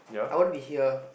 I want to be here